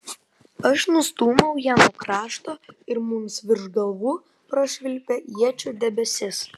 aš nustūmiau ją nuo krašto ir mums virš galvų prašvilpė iečių debesis